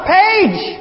page